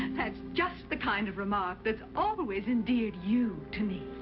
that's just the kind of remark that's always endeared you to me.